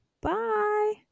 Bye